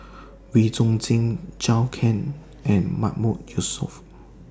Wee Chong Jin Zhou Can and Mahmood Yusof